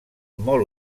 molt